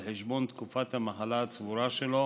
על חשבון תקופת המחלה הצבורה שלו,